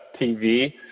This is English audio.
TV